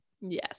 Yes